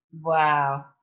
wow